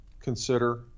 consider